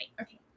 Okay